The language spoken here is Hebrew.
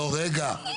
פתרון ענק.